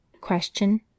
Question